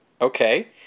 Okay